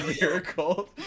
miracle